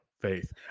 faith